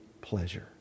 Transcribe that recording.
pleasure